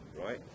right